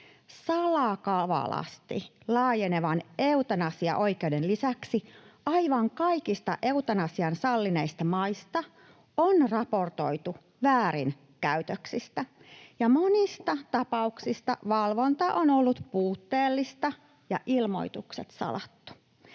Salakavalasti laajenevan eutanasiaoikeuden lisäksi aivan kaikista eutanasian sallineista maista on raportoitu väärinkäytöksistä, ja monissa tapauksissa valvonta on ollut puutteellista ja ilmoitukset salattu.